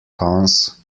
cons